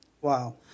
Wow